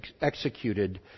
executed